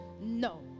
no